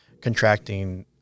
contracting